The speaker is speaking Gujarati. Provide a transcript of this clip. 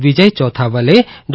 વિજય ચૌથાવાલે ડો